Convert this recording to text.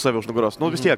save už nugaros nu vis tiek